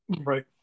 Right